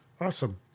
Awesome